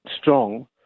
strong